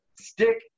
Stick